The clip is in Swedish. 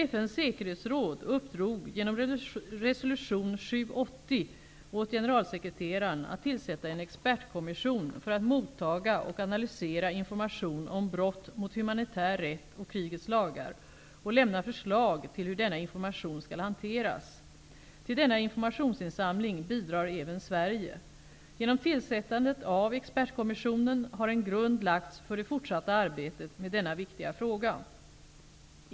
FN:s säkerhetsråd uppdrog genom resolution 780 åt generalsekreteraren att tillsätta en expertkommission för att mottaga och analysera information om brott mot humanitär rätt och krigets lagar och lämna förslag till hur denna information skall hanteras. Till denna informationsinsamling bidrar även Sverige. Genom tillsättandet av expertkommissionen har en grund lagts för det fortsatta arbetet med denna viktiga fråga.